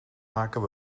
maken